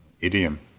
idiom